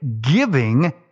giving